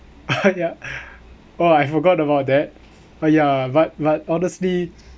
ya oh I forgot about that but ya but but honestly